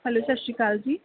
hello Sat Sri Akal ਜੀ